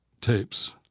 tapes